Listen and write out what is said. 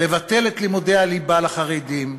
לבטל את לימודי הליבה לחרדים,